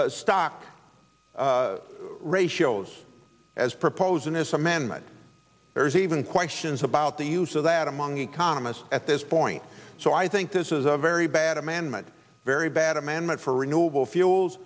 this stock ratios as proposed in this amendment there's even questions about the use of that among economists at this point so i think this is a very bad amendment very bad amendment for renewable fuels